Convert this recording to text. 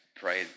pray